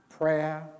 Prayer